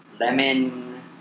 lemon